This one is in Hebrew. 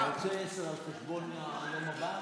אתה רוצה עשר על חשבון היום הבא?